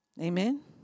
Amen